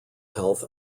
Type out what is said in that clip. health